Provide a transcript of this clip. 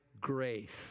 grace